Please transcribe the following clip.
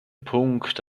punkt